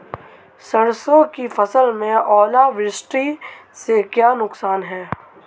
सरसों की फसल में ओलावृष्टि से क्या नुकसान है?